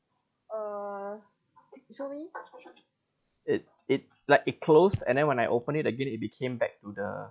it it like it close and then when I open it it get to be came back to the